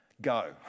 go